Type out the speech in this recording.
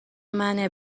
منه